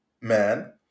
man